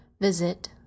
visit